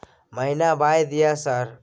महीना बाय दिय सर?